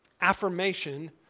Affirmation